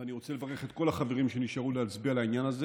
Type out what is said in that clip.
ואני רוצה לברך את כל החברים שנשארו להצביע על העניין הזה